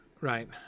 Right